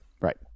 right